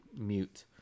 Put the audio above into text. mute